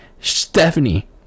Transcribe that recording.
Stephanie